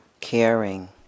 caring